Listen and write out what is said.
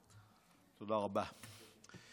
תודה רבה,